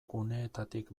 guneetatik